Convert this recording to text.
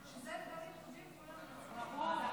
כשאלו דברים טובים, כולנו מסכימים.